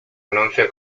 anuncia